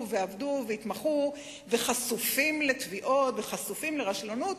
ועבדו והתמחו וחשופים לתביעות בגין רשלנות,